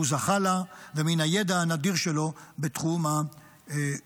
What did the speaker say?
זכה לה ומן הידע הנדיר שלו בתחום הקואופרציה.